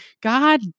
God